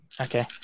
okay